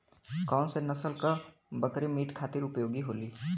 कौन से नसल क बकरी मीट खातिर उपयोग होली?